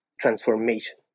transformation